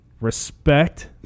respect